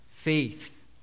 Faith